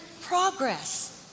progress